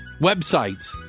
websites